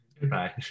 Goodbye